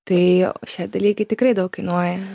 tai šie dalykai tikrai daug kainuoja